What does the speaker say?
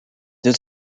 deux